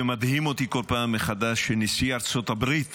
זה מדהים אותי בכל פעם מחדש שנשיא ארצות הברית